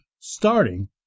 starting